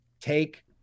take